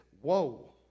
whoa